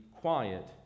quiet